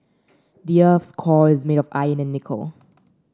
the earth's core is made of iron and nickel